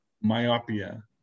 myopia